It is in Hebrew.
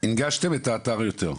- הנגשתם את האתר יותר,